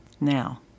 Now